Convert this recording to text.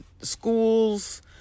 schools